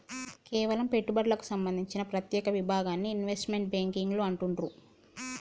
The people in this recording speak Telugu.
కేవలం పెట్టుబడులకు సంబంధించిన ప్రత్యేక విభాగాన్ని ఇన్వెస్ట్మెంట్ బ్యేంకింగ్ అంటుండ్రు